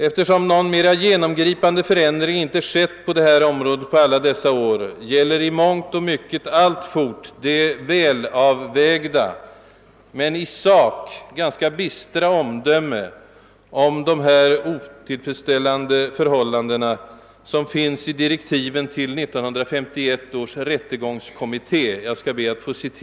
Eftersom någon mer genomgripande förändring inte har skett på detta område på alla dessa år, gäller i mångt och mycket alltfort det välavvägda men i sak ganska bistra omdöme om dessa otillfredsställande förhållanden, som finns i den allmänna motiveringen till 1951 års rättegångskommittés förslag av år 1958.